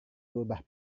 berubah